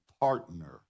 partner